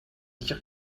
dire